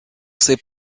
s’est